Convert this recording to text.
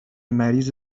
مریض